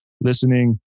listening